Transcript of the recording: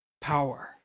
Power